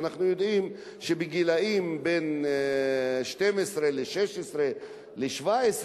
ואנחנו יודעים שבגילים בין 12 ל-16 ו-17,